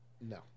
No